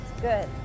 Good